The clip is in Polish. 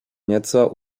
nieco